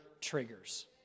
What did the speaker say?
triggers